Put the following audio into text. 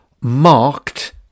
marked